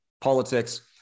politics